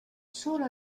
solo